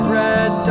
red